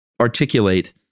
articulate